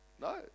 No